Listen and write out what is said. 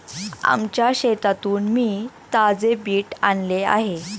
आमच्या शेतातून मी ताजे बीट आणले आहे